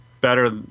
better